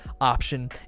option